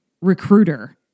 recruiter